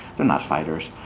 they're not fighters.